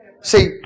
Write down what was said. See